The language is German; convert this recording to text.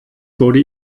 wurde